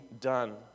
done